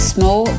Small